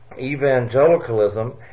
evangelicalism